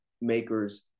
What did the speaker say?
makers